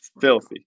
Filthy